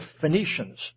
Phoenicians